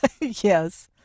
Yes